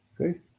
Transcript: Okay